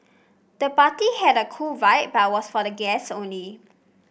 the party had a cool vibe but was for the guests only